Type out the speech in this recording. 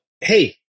hey